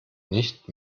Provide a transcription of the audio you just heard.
nicht